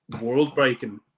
world-breaking